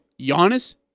Giannis